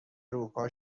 اروپا